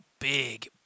big